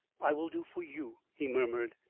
i will do for you, he murmured,